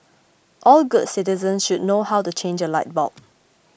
all good citizens should learn how to change a light bulb